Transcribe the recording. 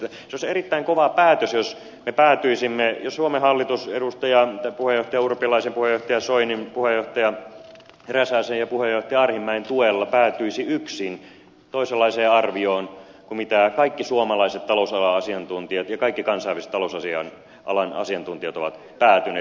se olisi erittäin kova päätös jos me päätyisimme jos suomen hallitus puheenjohtaja urpilaisen puheenjohtaja soinin puheenjohtaja räsäsen ja puheenjohtaja arhinmäen tuella päätyisi yksin toisenlaiseen arvioon kuin mihin kaikki suomalaiset talousalan asiantuntijat ja kaikki kansainväliset talousalan asiantuntijat ovat päätyneet